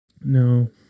No